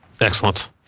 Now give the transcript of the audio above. excellent